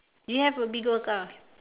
you have a Bigo account